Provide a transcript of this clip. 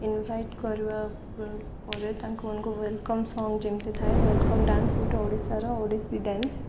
invite କରିବା ପରେ ତାଙ୍କୁମାନଙ୍କୁ ୱେଲକମ୍ ସଙ୍ଗ ଯେମିତି ଥାଏ ୱେଲକମ୍ ଡ୍ୟାନ୍ସ ଗୋଟେ ଓଡ଼ିଶାର ଓଡ଼ିଶୀ ଡ୍ୟାନ୍ସ